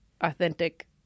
authentic